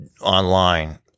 online